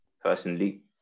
personally